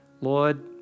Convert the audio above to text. Lord